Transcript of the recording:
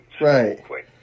Right